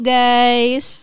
guys